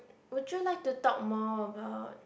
would you like to talk more about